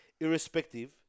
Irrespective